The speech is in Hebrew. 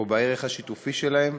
או בערך השיתופי שלהם.